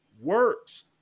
works